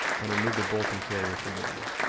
and remove the bolt and carrier from the rear.